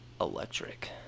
electric